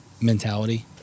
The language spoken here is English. mentality